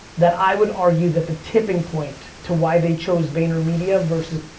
that i would argue that the tipping point to why they chose vaynermedia versus,